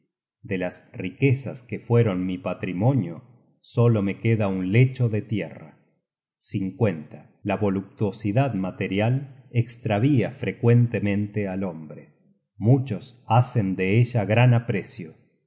de las riquezas que fueron mi patrimonio solo me queda un lecho de tierra la voluptuosidad material estravia fre cuentemente al hombre muchos hacen de ella gran aprecio